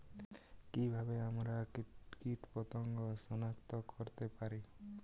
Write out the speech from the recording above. কিভাবে আমরা কীটপতঙ্গ সনাক্ত করতে পারি?